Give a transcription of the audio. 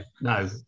no